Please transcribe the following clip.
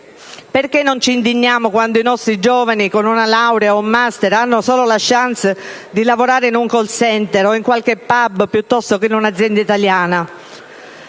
Perché non ci indigniamo quando i nostri giovani con una laurea o un *master* hanno solo la *chance* di lavorare in un *call center* o in qualche *pub* piuttosto che in qualche azienda italiana?